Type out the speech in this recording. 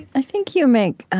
i think you make